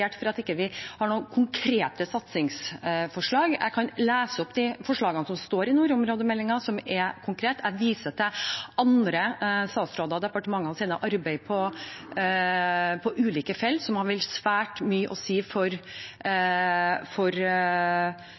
for at vi ikke har noen konkrete satsingsforslag. Jeg kunne lese opp de forslagene som står i nordområdemeldingen som er konkrete. Jeg viser til andre statsråders og departementers arbeid på ulike felt, som vil ha svært mye å si for